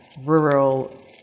rural